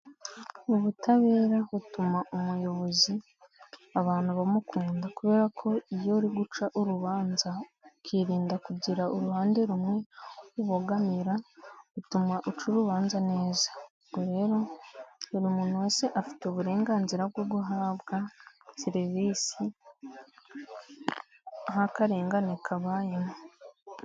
Ubutabera butuma umuyobozi abantu bamukunda, kubera ko iyo uri guca urubanza, ukirinda kugira uruhande rumwe ubogamira, utuma uca urubanza neza. ubwo rero buri muntu wese afite uburenganzira bwo guhabwa serivisi ntakarengane kabayemo.